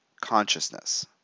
consciousness